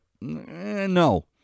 No